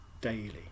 daily